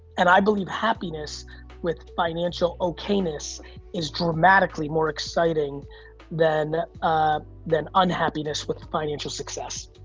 and i believe happiness with financial okayness is dramatically more exciting than ah than unhappiness with financial success.